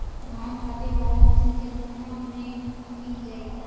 धान काटे वाला मशीन केतना में मिल जैतै?